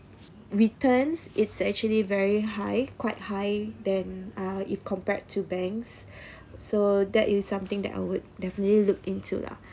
returns it's actually very high quite high than uh if compared to banks so that is something that I would definitely look into lah